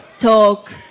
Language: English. talk